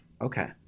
Okay